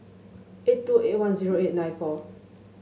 eight two eight one zero eight nine four